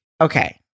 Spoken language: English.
okay